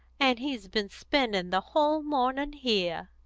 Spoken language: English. and he's been spending the whole morning here.